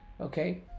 Okay